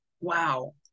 wow